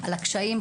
על הקשיים,